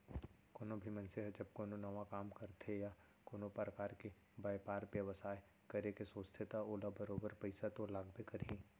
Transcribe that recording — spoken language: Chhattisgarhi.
कोनो भी मनसे ह जब कोनो नवा काम करथे या कोनो परकार के बयपार बेवसाय करे के सोचथे त ओला बरोबर पइसा तो लागबे करही